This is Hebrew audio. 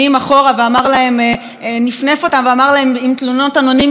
נפנף אותן ואמר להן: עם תלונות אנונימיות אני בכלל לא מתעסק,